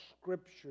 scripture